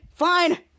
Fine